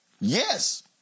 yes